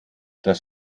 das